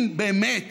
אם באמת